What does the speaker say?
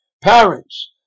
Parents